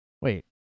Wait